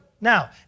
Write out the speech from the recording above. Now